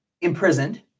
imprisoned